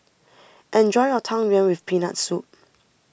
enjoy your Tang Yuen with Peanut Soup